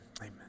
Amen